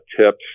tips